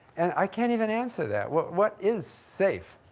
and i can't even answer that. what what is safe